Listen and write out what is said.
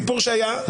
השיח' מלוד,